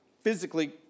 physically